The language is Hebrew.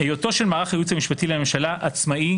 היותו של מערך הייעוץ המשפטי לממשלה עצמאי,